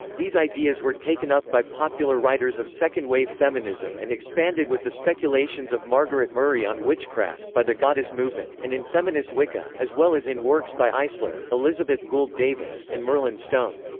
these ideas were taken up by popular writers of second-wave feminism and expanded with the speculations of margaret murray on witchcraft, by the goddess movement, and in feminist wicca, as well as in works by eisler, elizabeth gould davis, and merlin stone.